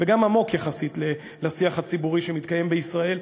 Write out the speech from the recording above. וגם עמוק יחסית לשיח הציבורי שמתקיים בישראל,